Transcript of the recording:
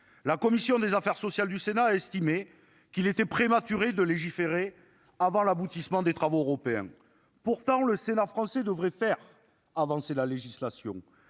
La commission des affaires sociales du Sénat a estimé qu'il était prématuré de légiférer avant l'aboutissement des travaux européens. Pourtant le sénat français devrait faire avancer la législation